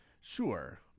Sure